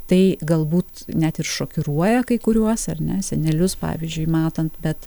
tai galbūt net ir šokiruoja kai kuriuos ar ne senelius pavyzdžiui matant bet